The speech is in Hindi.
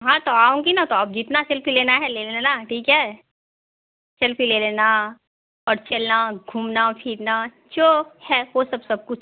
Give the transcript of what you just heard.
हाँ तो आऊँगी ना तो आप जितना सेल्फी लेना है ले लेना ठीक है सेल्फी ले लेना और खेलना घूमना फिरना जो है वो सब कुछ